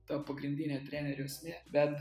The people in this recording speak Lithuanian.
ta pagrindinė trenerio esmė bet